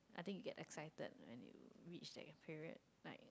I think you get excited when you reach that period like